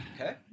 Okay